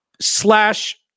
slash